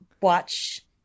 watch